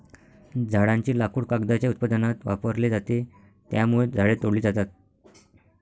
झाडांचे लाकूड कागदाच्या उत्पादनात वापरले जाते, त्यामुळे झाडे तोडली जातात